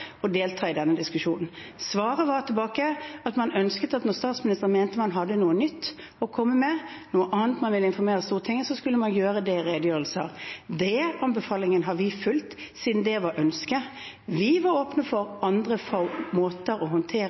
og delta i denne diskusjonen. Svaret var at man ønsket at når statsministeren mente det var noe nytt å komme med eller noe annet man ønsket å informere Stortinget om, skulle man gjøre det i redegjørelser. Den anbefalingen har vi fulgt, siden det var ønsket. Vi var åpne for andre måter å håndtere